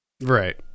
Right